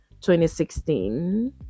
2016